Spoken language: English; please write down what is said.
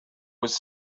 was